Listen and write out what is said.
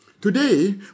Today